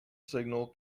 signal